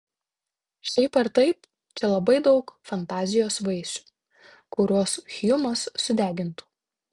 šiaip ar taip čia labai daug fantazijos vaisių kuriuos hjumas sudegintų